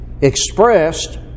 expressed